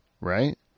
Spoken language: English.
Right